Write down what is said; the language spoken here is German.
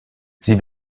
sie